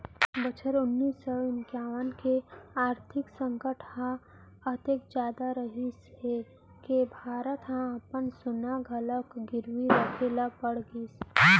बछर उन्नीस सौ इंकावन के आरथिक संकट ह अतेक जादा रहिस हे के भारत ह अपन सोना घलोक गिरवी राखे ल पड़ गिस